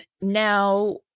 Now